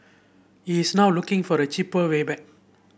he is now looking for a cheaper way back